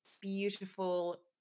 beautiful